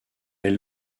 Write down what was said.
est